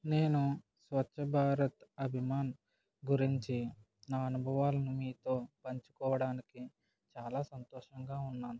నేను స్వచ్ఛభారత్ అభిమాన్ గురించి నా అనుభవాలను మీతో పంచుకోవడానికి చాలా సంతోషంగా ఉన్నాను